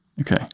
okay